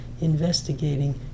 investigating